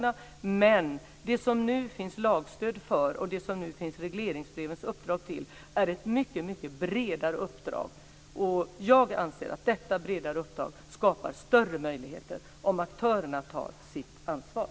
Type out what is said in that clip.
Men det som det nu finns lagstöd för och som regleringsbrevens uppdrag syftar till är ett mycket bredare uppdrag. Och jag anser att detta bredare uppdrag skapar större möjligheter, om aktörerna tar sitt ansvar.